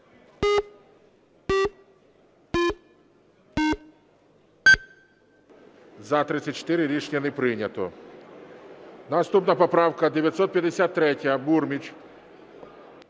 За-34 Рішення не прийнято. Наступна поправка 953, Бурміч.